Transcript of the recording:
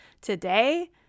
Today